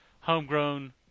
homegrown